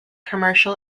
commercial